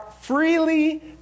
freely